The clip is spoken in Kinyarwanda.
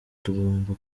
tugomba